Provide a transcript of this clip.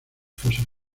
fosas